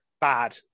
bad